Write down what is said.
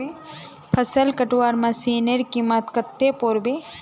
फसल कटवार मशीनेर कीमत कत्ते पोर बे